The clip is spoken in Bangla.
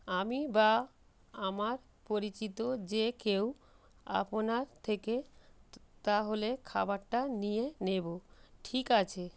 আমি বা আমার পরিচিত যে কেউ আপনার থেকে তাহলে খাবারটা নিয়ে নেব ঠিক আছে